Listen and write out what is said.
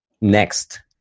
next